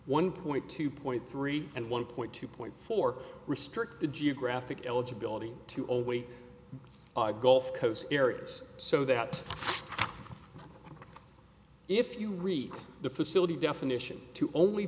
one point two point three and one point two point four restrict the geographic eligibility to always gulf coast area it's so that if you read the facility definition to only